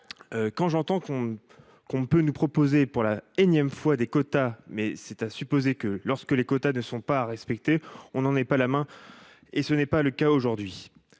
Quand j’entends qu’on peut nous proposer, pour la énième fois, des quotas, mais c’est à supposer que, lorsque les quotas ne sont pas respectés, on ait la main pour les faire respecter, ce n’est pas le cas aujourd’hui.